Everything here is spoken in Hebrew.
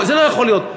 זה לא יכול להיות.